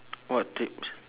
what treats